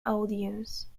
audience